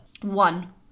One